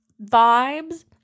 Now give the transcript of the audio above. vibes